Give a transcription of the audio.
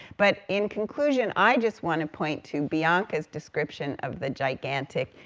but in conclusion, i just want to point to bianca's description of the gigantic,